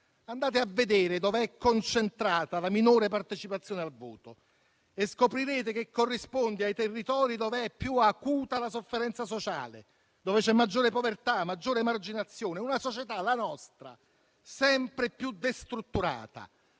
Andate a vedere dov'è concentrata la minore partecipazione al voto e scoprirete che corrisponde ai territori dov'è più acuta la sofferenza sociale e dove c'è maggiore povertà, maggiore emarginazione; è una società, la nostra, sempre più destrutturata,